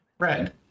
Red